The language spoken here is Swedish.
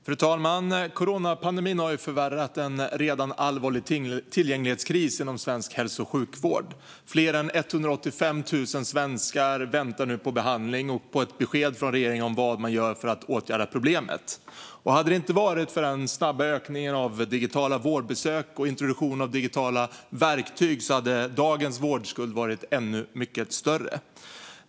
Fru talman! Coronapandemin har förvärrat en redan allvarlig tillgänglighetskris inom svensk hälso och sjukvård. Fler än 185 000 svenskar väntar nu på behandling och på ett besked från regeringen om vad man gör för att åtgärda problemet. Hade det inte varit för den snabba ökningen av digitala vårdbesök och introduktion av digitala verktyg skulle dagens vårdskuld ha varit ännu mycket större.